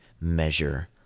measure